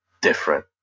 different